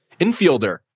infielder